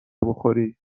بخوری